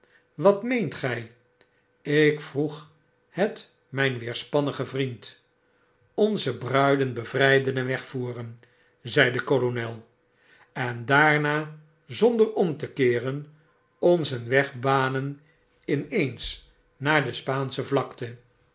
wat meende hy p ik vroeg hetmyn weerspannigen vriend onze bruiden bevryden en wegvoeren zei de kolonel en daarna zoifder om te keeren ons een weg banen in eens naar de spaansche vlakte